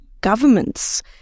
governments